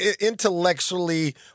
intellectually